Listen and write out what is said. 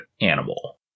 animal